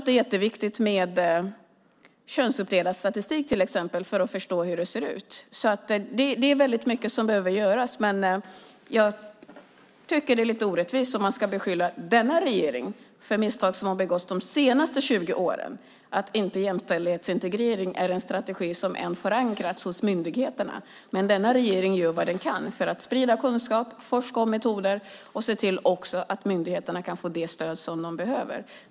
Det är jätteviktigt med till exempel könsuppdelad statistik för att förstå hur det ser ut. Det är väldigt mycket som behöver göras. Det är lite orättvist att beskylla denna regering för misstag som har begåtts de senaste 20 åren som gjort att jämställdhetsstrategi inte ens är en strategi som har förankrats hos myndigheterna. Denna regering gör vad den kan för att sprida kunskap och forska om metoder. Den ser också till att myndigheterna kan få det stöd som de behöver.